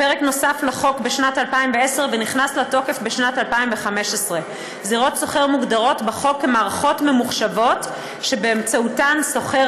הפרק נוסף לחוק בשנת 2010 ונכנס לתוקף בשנת 2015. זירות סוחר מוגדרות בחוק מערכות ממוחשבות שבאמצעותן סוחר